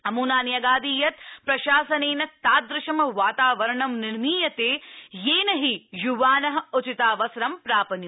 अमुना न्यगादि यत् प्रशासनेन तादृशं वातावरणं निर्मीयते येन हि युवान उचितावसरं प्राप्नुयु